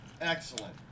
Excellent